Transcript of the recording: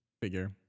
Figure